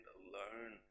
alone